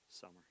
summer